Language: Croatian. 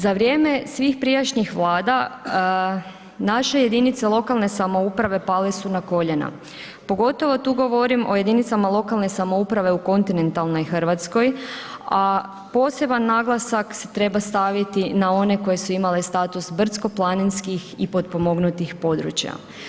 Za vrijeme svih prijašnjih Vlada naše jedinice lokalne samouprave pale su na koljena pogotovo tu govorim o jedinicama lokalne samouprave u kontinentalnoj Hrvatskoj a poseban naglasak se treba staviti na one koje su imale status brdsko-planinskih i potpomognutih područja.